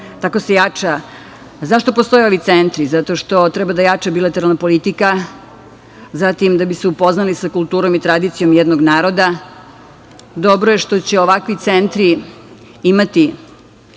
Tako se jača. Zašto postoje ovi centri? Zato što treba da jača bilateralna politika, zatim da bi se upoznali sa kulturom i tradicijom jednog naroda. Dobro je što će ovakvi centri imati